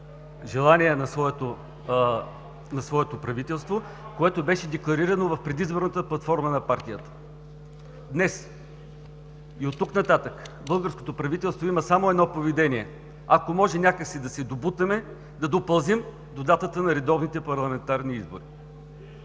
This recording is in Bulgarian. желание на своето правителство, което беше декларирано в предизборната платформа на партията. Днес и оттук нататък българското правителство има само едно поведение – ако може някак си да се добутаме, да допълзим до датата на редовните парламентарни избори.